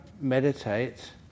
meditate